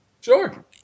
sure